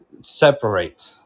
separate